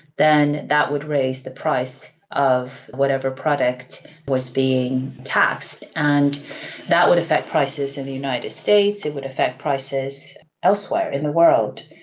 then that would raise the price of whatever product was being taxed. and that would affect prices in the united states, it would affect prices elsewhere in the world.